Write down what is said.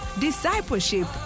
discipleship